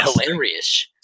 hilarious